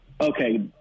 okay